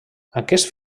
aquest